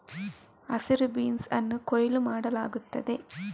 ಹಸಿರು ಬೀನ್ಸ್ ಅನ್ನು ಕೊಯ್ಲು ಮಾಡಲಾಗುತ್ತದೆ